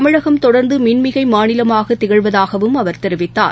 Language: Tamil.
தமிழகம் தொடர்ந்தமின்மிகைமாநிலமாகதிகழ்வதாகவும் அவர் தெரிவித்தார்